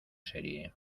serie